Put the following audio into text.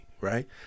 Right